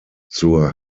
zur